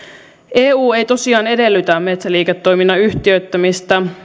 eu ei tosiaan edellytä metsätalousliiketoiminnan yhtiöittämistä